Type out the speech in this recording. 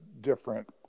different